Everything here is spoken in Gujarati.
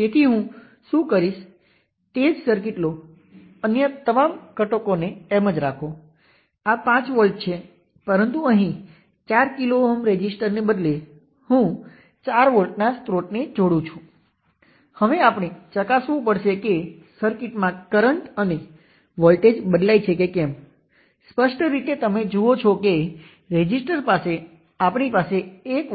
તેથી આ સમગ્ર સર્કિટ આ દિશામાં માઇનસ 5 મિલિએમ્પ સોર્સ અને પેરેલલ 2 કિલો Ω રેઝિસ્ટન્સ સમાન છે તેથી તે ઇક્વિવેલન્ટ સોર્સ છે અને કરંટ ની દિશાને ધ્યાનમાં લેતા તમે તેને નીચે તરફ 5 મિલિએમ્પ કરંટ સોર્સ તરીકે પણ લખી શકો છો અને 2 કિલો Ω ને 1